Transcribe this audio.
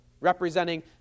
representing